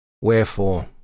Wherefore